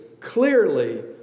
clearly